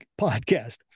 podcast